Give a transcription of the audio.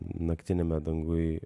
naktiniame danguj